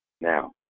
Now